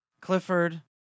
Clifford